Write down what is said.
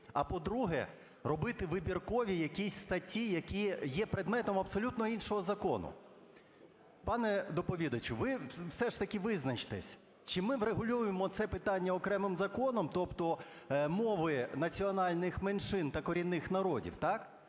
а, по-друге, робити вибіркові якісь статті, які є предметом абсолютно іншого закону. Пане доповідачу, ви все ж таки визначтесь, чи ми врегулюємо це питанням окремим законом, тобто мови національних меншин та корінних народів, так?